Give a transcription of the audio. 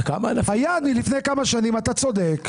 היה לפני כמה שנים, אתה צודק,